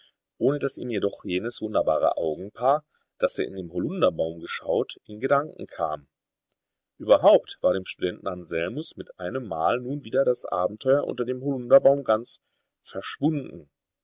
ohne daß ihm jedoch jenes wunderbare augenpaar das er in dem holunderbaum geschaut in gedanken kam überhaupt war dem studenten anselmus mit einemmal nun wieder das abenteuer unter dem holunderbaum ganz verschwunden